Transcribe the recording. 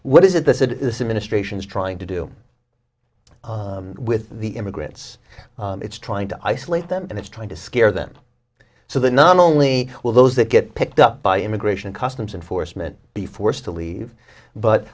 what is it they said this is ministrations trying to do with the immigrants it's trying to isolate them and it's trying to scare them so they not only will those that get picked up by immigration customs enforcement be forced to leave but